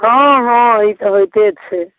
हँ हँ ई तऽ होइते छै